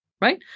right